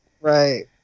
right